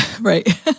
Right